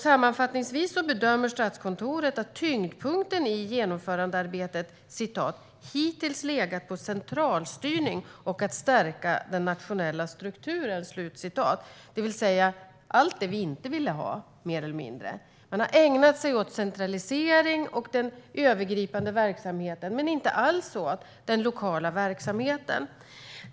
Sammanfattningsvis bedömer Statskontoret att tyngdpunkten igenomförandearbetet "hittills legat på centralstyrning och att stärka den nationella strukturen", det vill säga mer eller mindre allt det vi inte ville ha. Man har ägnat sig åt centralisering och den övergripande verksamheten men inte alls åt den lokala verksamheten.